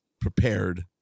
prepared